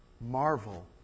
Marvel